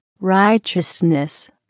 righteousness